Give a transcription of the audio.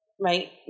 right